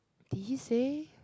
did he say